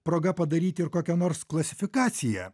proga padaryti ir kokią nors klasifikaciją